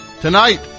tonight